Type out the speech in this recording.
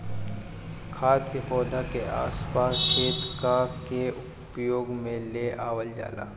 खाद के पौधा के आस पास छेद क के उपयोग में ले आवल जाला